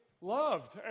loved